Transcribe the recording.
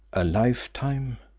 a lifetime,